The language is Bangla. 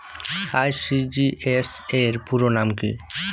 আর.টি.জি.এস র পুরো নাম কি?